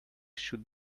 should